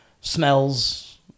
smells